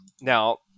Now